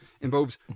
involves